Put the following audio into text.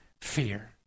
fear